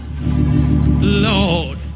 Lord